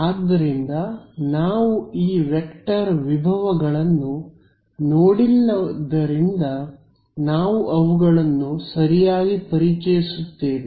ಆದ್ದರಿಂದ ನಾವು ಈ ವೆಕ್ಟರ್ ವಿಭವಗಳನ್ನು ನೋಡಿಲ್ಲದರಿಂದ ನಾವು ಅವುಗಳನ್ನು ಸರಿಯಾಗಿ ಪರಿಚಯಿಸುತ್ತೇವೆ